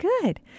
Good